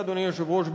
אדוני יושב-ראש הוועדה,